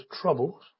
troubles